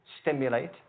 stimulate